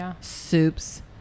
soups